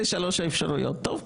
טוב,